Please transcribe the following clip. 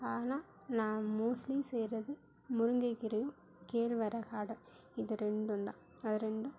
ஆனால் நான் மோஸ்ட்லி செய்கிறது முருங்கைக்கீரையும் கேழ்வரகு அடை இது ரெண்டும் தான் அது ரெண்டும்